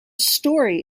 story